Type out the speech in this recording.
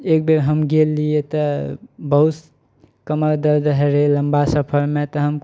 एक बेर हम गेल रहियइ तऽ बहुत कमर दर्द होइ रहय लम्बा सफरमे तऽ हम